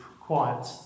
quiet